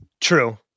True